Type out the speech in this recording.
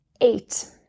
eight